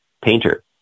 painter